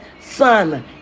son